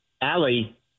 Allie